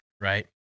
right